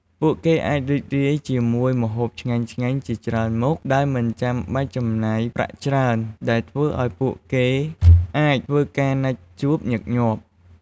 ពួកគេអាចរីករាយជាមួយម្ហូបឆ្ងាញ់ៗជាច្រើនមុខ ដោយមិនចាំបាច់ចំណាយប្រាក់ច្រើន ដែលធ្វើឲ្យពួកគេអាចធ្វើការណាត់ជួបញឹកញាប់។